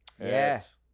yes